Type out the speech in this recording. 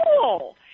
cool